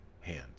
hand